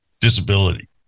disability